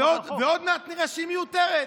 ועוד מעט נראה שהיא מיותרת.